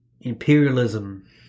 imperialism